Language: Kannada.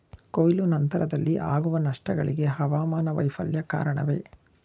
ಕೊಯ್ಲು ನಂತರದಲ್ಲಿ ಆಗುವ ನಷ್ಟಗಳಿಗೆ ಹವಾಮಾನ ವೈಫಲ್ಯ ಕಾರಣವೇ?